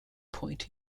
point